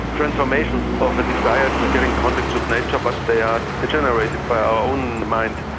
transformations of a desire to get in contact with nature, but they are degenerated by our own mind.